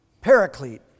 Paraclete